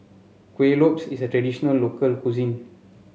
Kuih Lopes is a traditional local cuisine